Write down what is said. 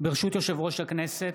ברשות יושב-ראש הכנסת,